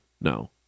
No